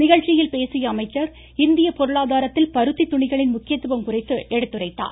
நிகழ்ச்சியில் பேசிய அமைச்சர் இந்திய பொருளாதாரத்தில் பருத்தி துணிகளின் முக்கியத்துவம் குறித்து எடுத்துரைத்தார்